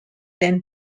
then